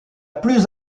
plus